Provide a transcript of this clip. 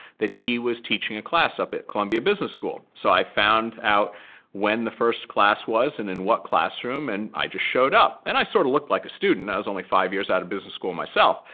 that he was teaching a class up at columbia business school. so i found out when the first class was and in what classroom. and i just showed up. and i sort of looked like a student. i was only five years out of business school myself.